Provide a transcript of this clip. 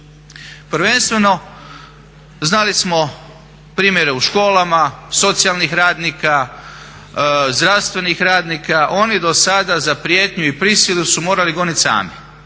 Prvenstveno znali smo primjere u školama, socijalnih radnika, zdravstveni radnika, oni do sada za prijetnju i prisilu su morali goniti sami.